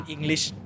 English